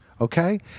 okay